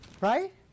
Right